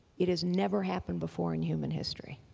it has never happened before in human history.